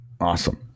Awesome